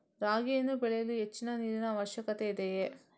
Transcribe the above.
ರಾಗಿಯನ್ನು ಬೆಳೆಯಲು ಹೆಚ್ಚಿನ ನೀರಿನ ಅವಶ್ಯಕತೆ ಇದೆಯೇ?